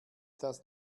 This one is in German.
das